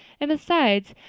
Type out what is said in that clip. and besides,